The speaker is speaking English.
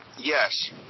Yes